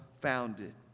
founded